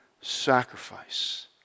sacrifice